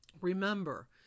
Remember